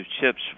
chips